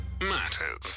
matters